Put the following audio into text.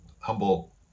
humble